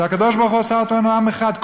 והקדוש-ברוך-הוא עשה אותנו עם אחד,